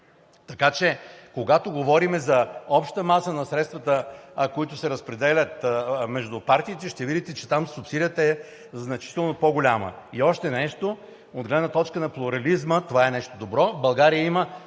Така че, когато говорим за обща маса на средствата, които се разпределят между партиите, ще видите, че там субсидията е значително по-голяма. Още нещо, от гледна точка на плурализма – това е нещо добро,